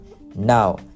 Now